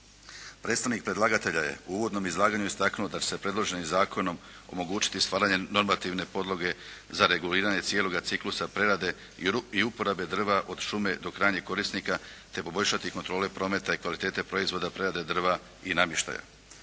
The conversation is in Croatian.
Predstavnik predlagatelja je u uvodnom izlaganju istaknuo da će se predloženim zakonom omogućiti stvaranje normativne podloge za reguliranje cijeloga ciklusa prerade i uporabe drva od šume do krajnjeg korisnika te poboljšati kontrole prometa i kvalitete proizvoda prerade drva i namještaja.